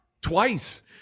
Twice